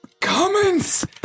comments